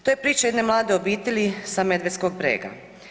To je priča jedne mlade obitelji sa Medvedskog brega.